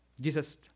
Jesus